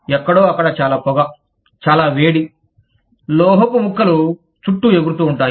ఎక్కడో అక్కడ చాలా పొగ చాలా వేడి లోహపు ముక్కలు చుట్టూ ఎగురుతూ వుంటాయి